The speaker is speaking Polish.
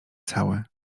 cały